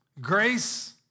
Grace